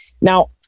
Now